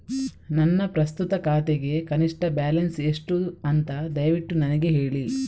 ನನ್ನ ಪ್ರಸ್ತುತ ಖಾತೆಗೆ ಕನಿಷ್ಠ ಬ್ಯಾಲೆನ್ಸ್ ಎಷ್ಟು ಅಂತ ದಯವಿಟ್ಟು ನನಗೆ ಹೇಳಿ